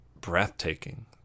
breathtaking